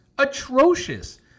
Atrocious